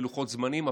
בלוחות זמנים,